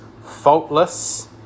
faultless